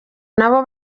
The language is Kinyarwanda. nabo